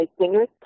Singers